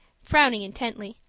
frowning intently.